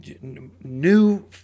new